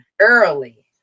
Early